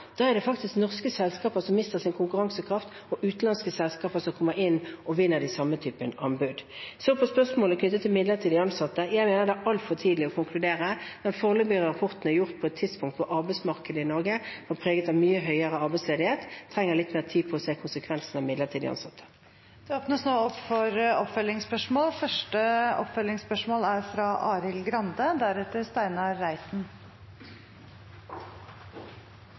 norske selskaper sin konkurransekraft, og utenlandske selskaper kommer inn og vinner den samme type anbud. På spørsmålet knyttet til midlertidig ansatte mener jeg det er altfor tidlig å konkludere. Den foreløpige rapporten er laget på et tidspunkt da arbeidsmarkedet i Norge var preget av mye høyere arbeidsledighet. Vi trenger litt mer tid for å se konsekvensen av midlertidig ansatte. Arild Grande – til oppfølgingsspørsmål.